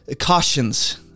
cautions